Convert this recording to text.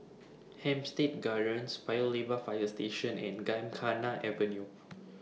Hampstead Gardens Paya Lebar Fire Station and Gymkhana Avenue